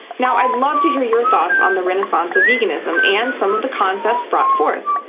now i'd love to hear your thoughts on the renaissance of veganism and some of the concepts brought forth.